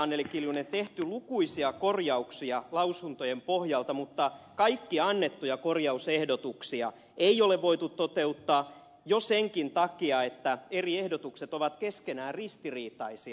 anneli kiljunen tehty lukuisia korjauksia lausuntojen pohjalta mutta kaikkia annettuja korjausehdotuksia ei ole voitu toteuttaa jo senkin takia että eri ehdotukset ovat keskenään ristiriitaisia